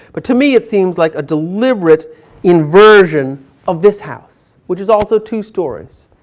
but to me it seems like a deliberate inversion of this house. which is also two stories.